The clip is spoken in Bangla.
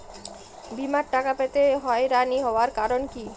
বিমার টাকা পেতে হয়রানি হওয়ার কারণ কি?